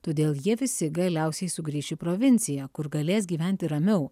todėl jie visi galiausiai sugrįš į provinciją kur galės gyventi ramiau